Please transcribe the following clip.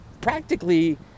practically